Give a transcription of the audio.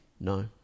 No